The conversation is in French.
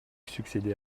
succéder